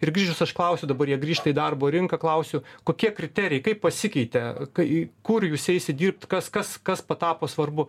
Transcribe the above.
ir grįžus aš klausiu dabar jie grįžta į darbo rinką klausiu kokie kriterijai kaip pasikeitė kai kur jūs eisit dirbt kas kas kas patapo svarbu